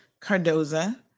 Cardoza